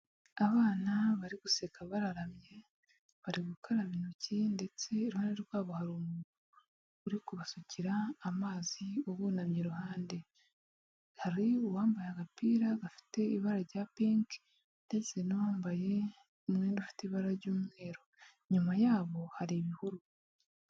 Abana bari guseka bararamye, bari gukaraba intoki ndetse iruhande rwabo hari umuntu uri kubasukira amazi ubunamye iruhande, hari uwambaye agapira gafite ibara rya pinki ndetse n'uwambaye umwenda ufite ibara ry'umweru, inyuma yabo hari ibihuru.